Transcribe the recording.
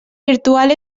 virtual